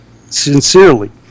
sincerely